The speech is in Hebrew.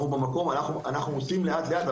אנחנו עושים לאט-לאט,